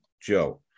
Joe